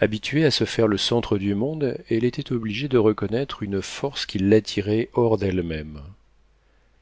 habituée à se faire le centre du monde elle était obligée de reconnaître une force qui l'attirait hors d'elle-même